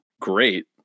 Great